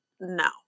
No